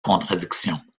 contradictions